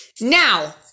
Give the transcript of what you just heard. Now